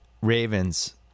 Ravens